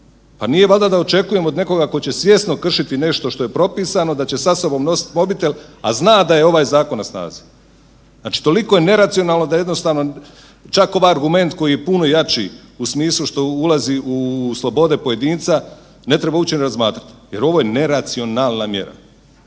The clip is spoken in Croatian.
Pa nije valjda da očekujemo od nekoga tko će svjesno kršiti nešto što je propisano da će sa sobom nositi mobitel, a zna da je ovaj zakon na snazi. Znači toliko je neracionalno da jednostavno čak ovaj argument koji je puno jači u smislu što ulazi u slobode pojedinca ne treba uopće ni razmatrati jer ovo je neracionalna mjera.